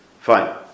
fine